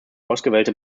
ausgewählte